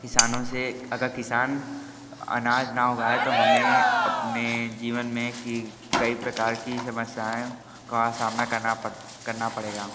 किसानों से अगर किसान अ अनाज ना उगाए तो हमें अपने जीवन में की कई प्रकार की समस्याएँ का सामना करना पड़ करना पड़ेगा